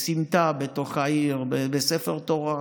בסמטה בתוך העיר, בספר תורה.